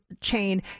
chain